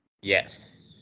Yes